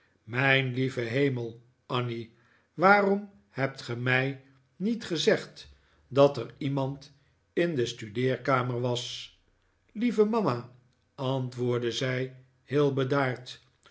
mijn lieve hemel annie waarom hebt ge mij niet gezegd dat er iemand in de studeerkamer was lieve mama antwoordde zij heel bedaard